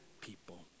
people